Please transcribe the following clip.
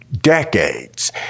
decades